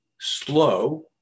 slow